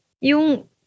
yung